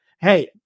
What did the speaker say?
hey